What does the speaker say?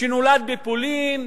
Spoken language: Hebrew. שנולד בפולין,